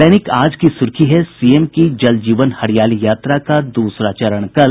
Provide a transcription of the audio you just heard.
दैनिक आज की सुर्खी है सीएम की जल जीवन हरियाली यात्रा का दूसरा चरण कल